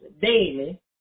daily